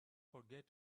forget